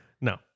No